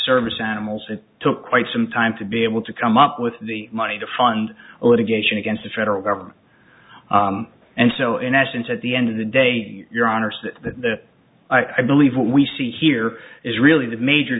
service animals it took quite some time to be able to come up with the money to fund a litigation against a federal government and so in essence at the end of the day your honor says that the i believe what we see here is really the major